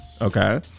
okay